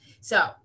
So-